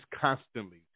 constantly